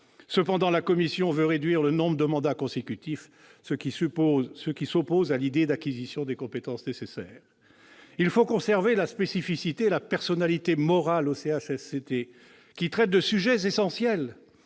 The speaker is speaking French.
Cependant, la commission veut réduire le nombre de mandats consécutifs, ce qui va à l'encontre de l'acquisition des compétences nécessaires. Très bien ! Il faut laisser leur spécificité et la personnalité morale aux CHSCT, qui traitent de sujets essentiels-